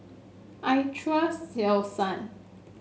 I trust Selsun